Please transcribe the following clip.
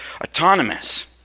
autonomous